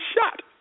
shot